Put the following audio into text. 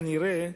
כנראה,